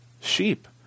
Sheep